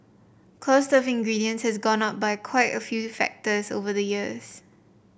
cost of ingredients has gone up by quite a few factors over the years